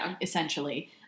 essentially